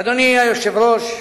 אדוני היושב-ראש,